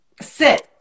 sit